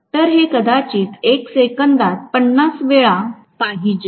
तर हे कदाचित 1 सेकंदात 50 वेळा घडले पाहिजे